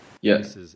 Yes